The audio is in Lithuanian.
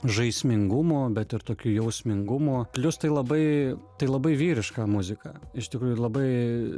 žaismingumu bet ir tokiu jausmingumu plius tai labai tai labai vyriška muzika iš tikrųjų labai